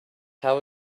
how